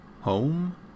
home